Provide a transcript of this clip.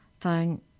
Phone